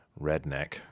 redneck